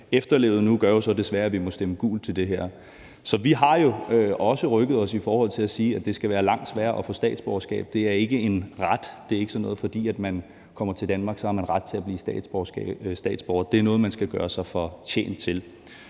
efterlevet nu, gør jo så desværre, at vi må stemme gult til det her. Så vi har jo også rykket os i forhold til at sige, at det skal være langt sværere at få statsborgerskab. Det er ikke en ret. Det er ikke sådan noget med, at fordi man kommer til Danmark, har man ret til at blive statsborger. Det er noget, man skal gøre sig fortjent til.